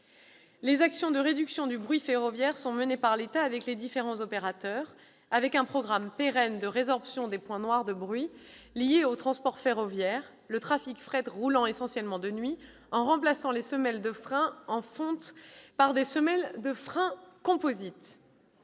Les actions de réduction du bruit ferroviaire sont menées par l'État avec les différents opérateurs, avec un programme pérenne de résorption des points noirs de bruit liés au transport ferroviaire, le trafic fret roulant essentiellement de nuit, en remplaçant les semelles de freins en fonte par des semelles de freins composites.